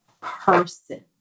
person